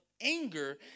anger